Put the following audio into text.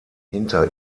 hinter